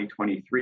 2023